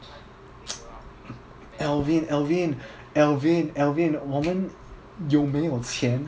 alvin alvin alvin alvin 我们有没有钱